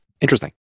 Interesting